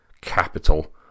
Capital